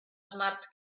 smart